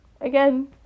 Again